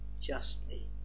justly